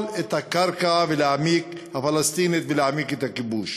את הקרקע הפלסטינית ולהעמיק את הכיבוש,